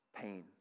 pain